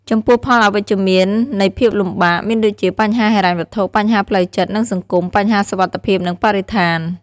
ចំពោះផលអវិជ្ជនៃភាពលំបាក មានដូចជាបញ្ហាហិរញ្ញវត្ថុ បញ្ហាផ្លូវចិត្ត និងសង្គម ,បញ្ហាសុវត្ថិភាព និងបរិស្ថាន។